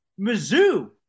Mizzou